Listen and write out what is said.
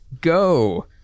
Go